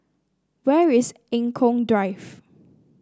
where is Eng Kong Drive